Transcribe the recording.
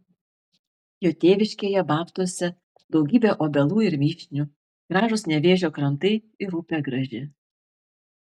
jo tėviškėje babtuose daugybė obelų ir vyšnių gražūs nevėžio krantai ir upė graži